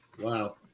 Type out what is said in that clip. Wow